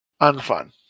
unfun